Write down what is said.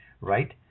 right